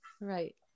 Right